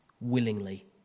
willingly